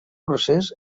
procés